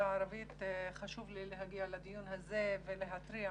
הערבית חשוב לי להגיע לדיון הזה ולהתריע